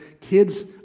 kids